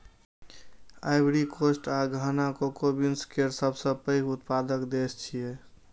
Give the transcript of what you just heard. Ivory Coast आ Ghana cocoa beans केर सबसं पैघ उत्पादक देश छियै